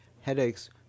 headaches